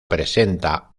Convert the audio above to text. presenta